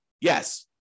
Yes